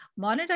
monetize